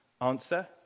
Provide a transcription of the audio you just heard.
Answer